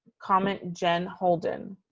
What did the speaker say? comment jenn holden,